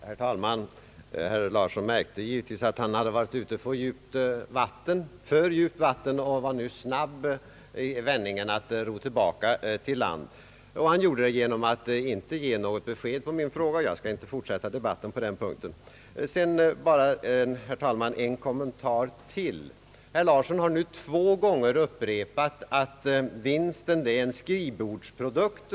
Herr talman! Herr Åke Larsson märkte givetvis att han hade varit ute på djupt vatten, alltför djupt vatten, och var nu snabb i vändningarna att ro tillbaka till land, och han gjorde det genom att inte ge något besked på min fråga. Jag skall inte fortsätta debatten på den punkten men vill göra en kommentar till en annan fråga. Herr Larsson har nu två gånger sagt att vinsten är en skrivbordsprodukt.